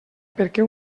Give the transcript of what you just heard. perquè